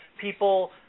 people